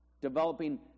Developing